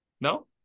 No